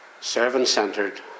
servant-centered